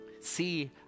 See